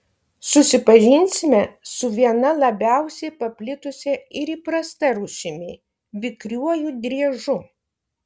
susipažinsime su viena labiausiai paplitusia ir įprasta rūšimi vikriuoju driežu